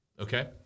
okay